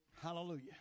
Hallelujah